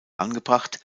angebracht